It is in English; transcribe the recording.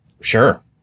Sure